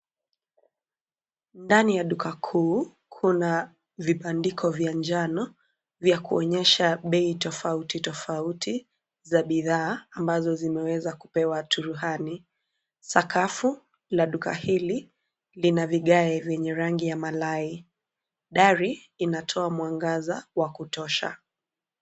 Ndani ya duka kuu, kuna vibandiko vya njano vya kuonyesha bei tofauti tofauti za bidhaa ambazo zimeweza kupewa turuhani. Sakafu ya duka hili lina vigae vyenye rangi ya malai. Dari inatoa mwangaza wa kutosha.